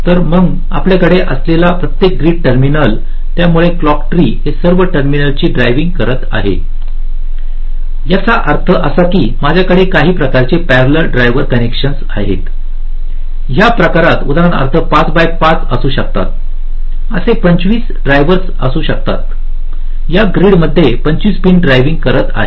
तर मग आपल्याकडे असलेले प्रत्येक ग्रीड टर्मिनल त्यामुळे क्लॉक ट्री हे सर्व टर्मिनल चि ड्रायव्हिंग करत आहे याचा अर्थ असा की माझ्याकडे काही प्रकारचे प्यरलंल ड्राइव्हर कनेक्शन आहे या प्रकरणात उदाहरणार्थ 5 बाय 5 असू शकतात असे 25 ड्रायव्हर्स असू शकतात या ग्रिड मध्ये 25 पिन ड्रायव्हिंग करत आहे